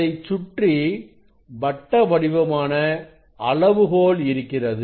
அதைச்சுற்றி வட்டவடிவமான அளவுகோல் இருக்கிறது